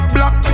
Black